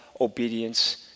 obedience